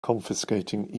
confiscating